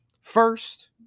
first